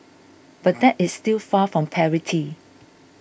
but that is still far from parity